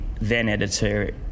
then-editor